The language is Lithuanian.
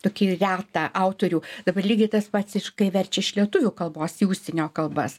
tokį retą autorių dabar lygiai tas pats iš kai verčia iš lietuvių kalbos į užsienio kalbas